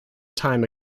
time